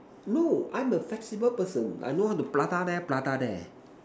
no I'm a flexible person I know how to prata there prata there